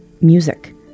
music